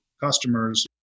customers